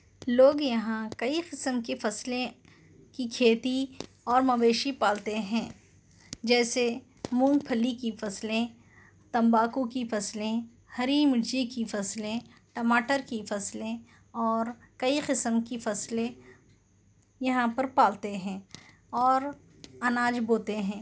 لوگ یہاں کئی قسم کی فصلیں کی کھیتی اور مویشی پالتے ہیں جیسے مونگ پھلی کی فصلیں تمباکو کی فصلیں ہری مرچی کی فصلیں ٹماٹر کی فصلیں اور کئی قسم کی فصلیں یہاں پر پالتے ہیں اور اناج بوتے ہیں